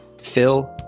Phil